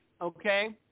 okay